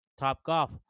Topgolf